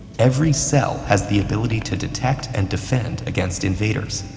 every cell has the ability to detect and defend against invaders.